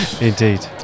indeed